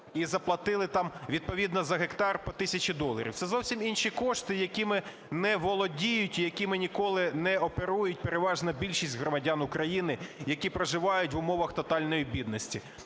і заплатили там відповідно за гектар по тисячу доларів. Це зовсім інші кошти, якими не володіють і якими ніколи не оперують переважна більшість громадян України, які проживають в умовах тотальної бідності,